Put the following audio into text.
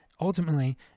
Ultimately